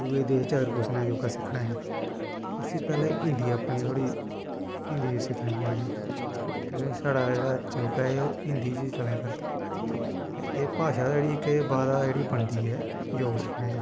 दुए देश च कुसे नै योगा अगर सिक्खना ऐ तां उसी हिन्दी अपनी थोह्ड़ी हिन्दी सिक्खनी पौनी ऐ कैंह् कि साढ़ा जेह्ड़ा योगा ऐ ओह् हिन्दी च गै चलै करदा ते एह् भासा जेह्ड़ी इक नादा बनदी ऐ योग सिक्खनें च ते